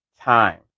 time